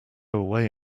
away